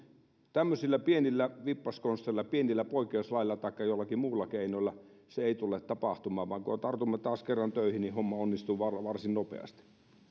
tämmöisillä pienillä vippaskonsteilla pienillä poikkeuslaeilla tai tai joillakin muilla keinoilla se ei tule tapahtumaan vaan kun tartumme taas kerran töihin niin homma onnistuu varsin nopeasti